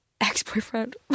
ex-boyfriend